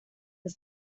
the